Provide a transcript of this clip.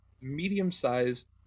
medium-sized